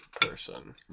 person